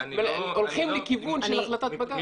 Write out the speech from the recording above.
הולכים לכיוון של החלטת בג"צ.